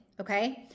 okay